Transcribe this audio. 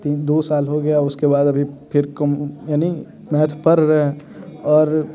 तीन दो साल हो गया उसके बाद अभी फिर यानि मैथ पढ़ रहे और